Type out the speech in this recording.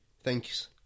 thanks